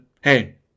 hey